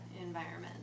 environment